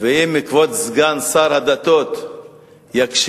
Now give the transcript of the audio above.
אם כבוד סגן שר הדתות יקשיב,